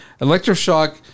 electroshock